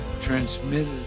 transmitted